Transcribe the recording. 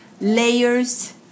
layers